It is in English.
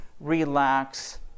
relax